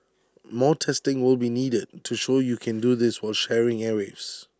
more testing will be needed to show you can do this while sharing airwaves